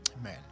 Amen